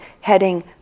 heading